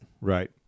right